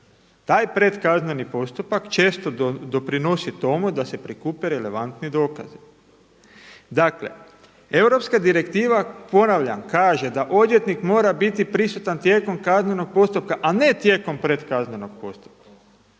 taj pred kazneni postupak često doprinosi tome da se prikupe relevantni dokazi. Dakle europska direktiva, ponavljam kaže da odvjetnik mora biti prisutan tijekom kaznenog postupka a ne tijekom predkaznenom postupka.